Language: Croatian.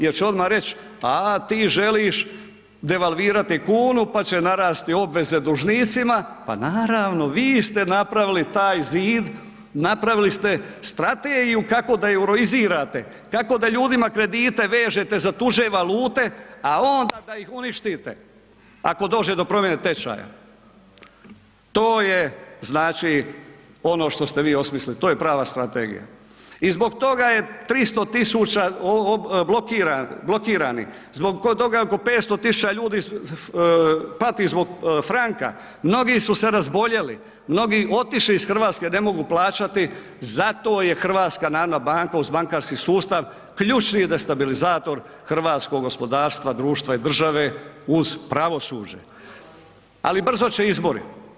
Jer će odma reć a ti želiš devalvirati kunu, pa će narasti obveze dužnicima, pa naravno vi ste napravili taj zid, napravili ste strategiju kako da euroizirate, kako da ljudima kredite vežete za tuđe valute, a onda da ih uništite ako dođe do promjene tečaja, to je znači ono što ste vi osmislili, to je prava strategija i zbog toga je 300 000 blokiranih, zbog toga je oko 500 000 ljudi pati zbog Franka, mnogi su se razboljeli, mnogi otišli iz RH ne mogu plaćati, zato je HNB uz bankarski sustav ključni destabilizator hrvatskog gospodarstva, društva i države uz pravosuđe, ali brzo će izbori.